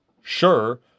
Sure